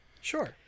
Sure